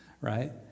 right